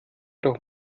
doch